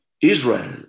Israel